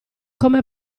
come